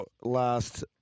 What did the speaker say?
last